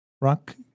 Rock